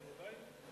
הלוואי.